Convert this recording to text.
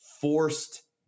forced